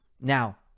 Now